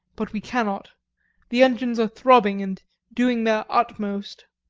but we cannot the engines are throbbing and doing their utmost.